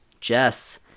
Jess